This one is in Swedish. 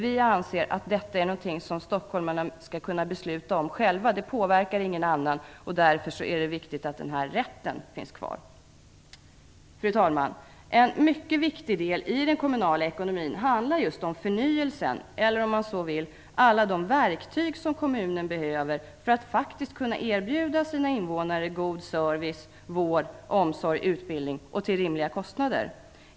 Vi anser dock att detta är något som stockholmarna skall kunna fatta beslut om. Det påverkar ingen annan, och därför är det viktigt att den här rätten finns kvar. Fru talman! En mycket viktig del i den kommunala ekonomin gäller just förnyelsen eller, om man så vill, alla de verktyg som kommunen behöver för att faktiskt kunna erbjuda sina invånare god service, vård, omsorg och utbildning till rimliga kostnader.